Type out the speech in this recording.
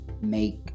make